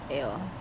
ya